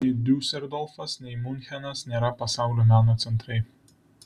nei diuseldorfas nei miunchenas nėra pasaulio meno centrai